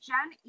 Jen